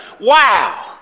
Wow